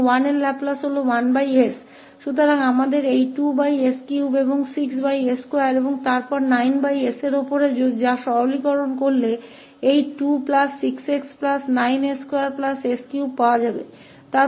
तो हमारे पास यह 2s3 और 6s2 है और फिर से अधिक है 9s जिसे इसे प्राप्त करने के लिए सरल बनाया जा सकता है 26s9s2s3